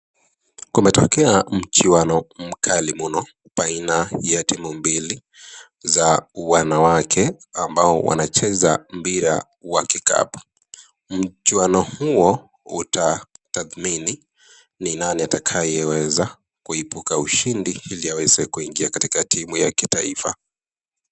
Kumetokea mchuano mkali mno baina ya timu mbili za wanawake, ambao wanacheza mpira wa kikapu. Mchuano huo utatathmini ni nani atakayeweza kuibuka ushindi ili aweze kuingia katika timu ya kitaifa.